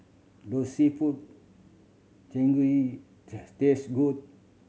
does seafood taste good